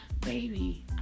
Baby